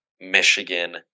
Michigan